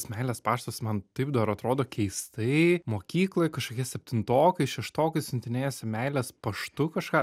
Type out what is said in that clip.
meilės paštas man taip dar atrodo keistai mokykloj kažkokie septintokai šeštokai siuntinėjasi meilės paštu kažką